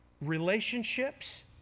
relationships